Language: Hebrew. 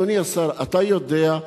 אדוני השר, אתה יודע?